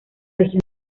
región